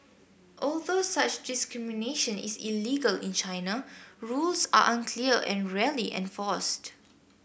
although such discrimination is illegal in China rules are unclear and rarely enforced